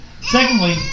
Secondly